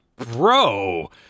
Bro